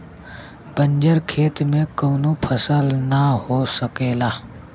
बंजर खेत में कउनो फसल ना हो सकेला